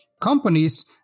companies